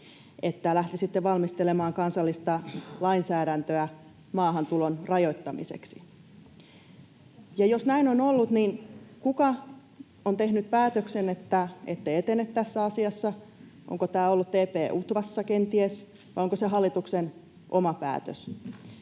että lähtisitte valmistelemaan kansallista lainsäädäntöä maahantulon rajoittamiseksi? Ja jos näin on ollut, niin kuka on tehnyt päätöksen, että ette etene tässä asiassa? Onko tämä ollut TP- UTVAssa kenties, vai onko se hallituksen oma päätös?